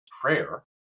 prayer